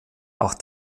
auch